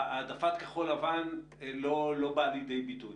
העדפת כחול לבן לא באה לידי ביטוי.